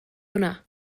hwnna